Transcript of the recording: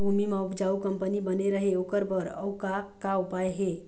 भूमि म उपजाऊ कंपनी बने रहे ओकर बर अउ का का उपाय हे?